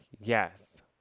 yes